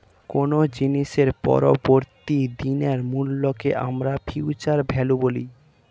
কোনো জিনিসের পরবর্তী দিনের মূল্যকে আমরা ফিউচার ভ্যালু বলি